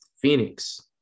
Phoenix